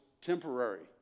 temporary